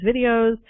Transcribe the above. videos